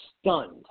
stunned